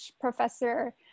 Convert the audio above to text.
professor